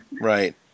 right